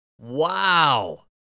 Wow